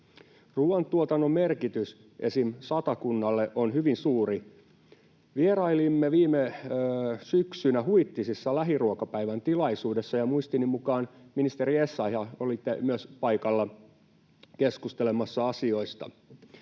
Ruuantuotannon merkitys esim. Satakunnalle on hyvin suuri. Vierailimme viime syksynä Huittisissa Lähiruokapäivän tilaisuudessa, ja muistini mukaan, ministeri Essayah, olitte myös paikalla keskustelemassa asioista.